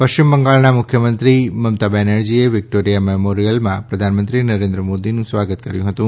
પશ્ચિમ બંગાળના મુખ્યમંત્રી મમતા બેનર્જીએ વિક્ટોરિયા મેમોરીયલમાં પ્રધાનમંત્રી નરેન્દ્ર મોદીનું સ્વાગત કર્યું હતુ